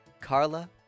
Carla